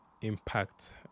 impact